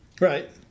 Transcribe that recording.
Right